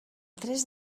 tres